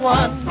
one